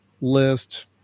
list